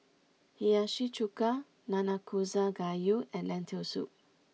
Hiyashi Chuka Nanakusa Gayu and Lentil Soup